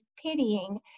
pitying